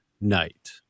night